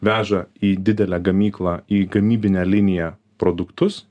veža į didelę gamyklą į gamybinę liniją produktus